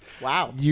Wow